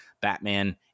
Batman